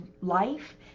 life